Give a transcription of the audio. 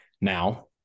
Now